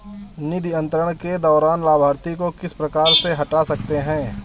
निधि अंतरण के दौरान लाभार्थी को किस प्रकार से हटा सकते हैं?